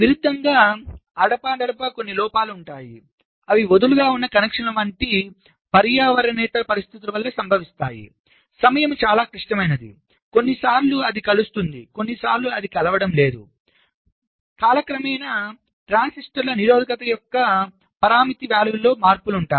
దీనికి విరుద్ధంగా అడపాదడపా లోపాలు అవి వదులుగా ఉన్న కనెక్షన్ల వంటి పర్యావరణేతర పరిస్థితుల వల్ల సంభవిస్తాయి సమయం చాలా క్లిష్టమైనదికొన్నిసార్లు అది కలుస్తుంది కొన్నిసార్లు అది కలవడం లేదు కాలక్రమేణా ట్రాన్సిస్టర్ల నిరోధకత యొక్క పారామితి విలువల్లో మార్పులు